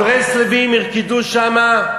הברסלבים ירקדו שם,